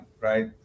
right